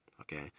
okay